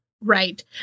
Right